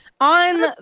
on